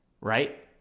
right